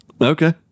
Okay